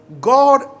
God